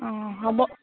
অঁ হ'ব